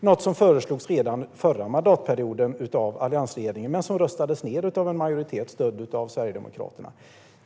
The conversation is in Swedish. Det föreslogs redan under förra mandatperioden av alliansregeringen men röstades ned av majoriteten med stöd av Sverigedemokraterna.